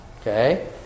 Okay